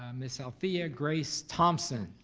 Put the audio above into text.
ah miss alphea grace thompson,